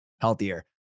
healthier